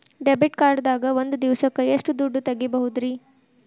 Debit card ದಾಗ ಒಂದ್ ದಿವಸಕ್ಕ ಎಷ್ಟು ದುಡ್ಡ ತೆಗಿಬಹುದ್ರಿ?